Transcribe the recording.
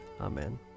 Amen